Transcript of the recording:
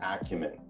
acumen